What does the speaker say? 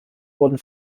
wurden